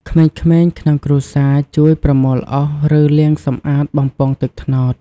ក្មេងៗក្នុងគ្រួសារជួយប្រមូលអុស ឬលាងសម្អាតបំពង់ទឹកត្នោត។